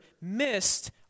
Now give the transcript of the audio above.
missed